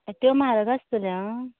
ते म्हागर आसतलें आं